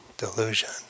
delusion